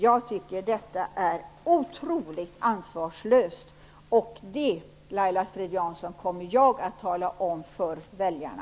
Jag tycker att detta är otroligt ansvarslöst, och det, Laila Strid-Jansson, kommer jag att tala om för väljarna!